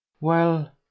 Well